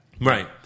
Right